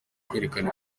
kwerekana